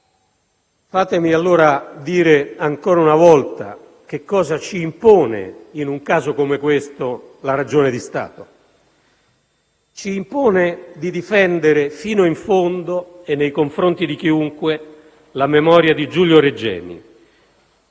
Fatemi, allora, dire ancora una volta che cosa ci impone, in un caso come questo, la ragione di Stato. Ci impone di difendere, fino in fondo e nei confronti di chiunque, la memoria di Giulio Regeni,